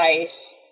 ice